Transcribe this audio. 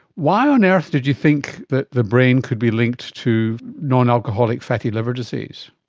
why on earth did you think that the brain could be linked to non-alcoholic fatty liver disease?